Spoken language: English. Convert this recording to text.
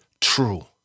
true